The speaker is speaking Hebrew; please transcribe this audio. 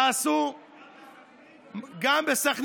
תעשו, רגע, רגע, מלכיאלי, גם בסח'נין?